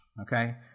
Okay